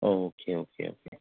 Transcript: okay okay okay